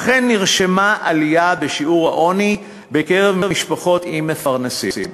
אכן נרשמה עלייה בשיעור העוני בקרב משפחות עם מפרנסים.